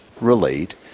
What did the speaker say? relate